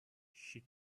she